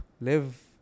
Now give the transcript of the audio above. live